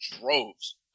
droves